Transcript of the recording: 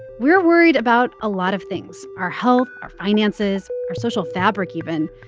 we're worried about a lot of things our health, our finances, our social fabric, even.